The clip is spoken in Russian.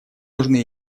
нужны